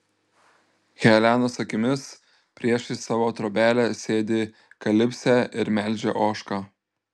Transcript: helenos akimis priešais savo trobelę sėdi kalipsė ir melžia ožką